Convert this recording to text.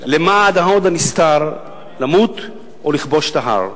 למען ההוד הנסתר// למות או לכבוש את ההר".